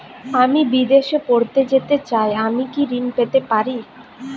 আমি বিদেশে পড়তে যেতে চাই আমি কি ঋণ পেতে পারি?